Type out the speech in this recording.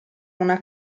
una